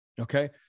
Okay